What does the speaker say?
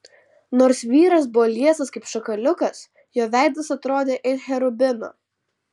nors vyras buvo liesas kaip šakaliukas jo veidas atrodė it cherubino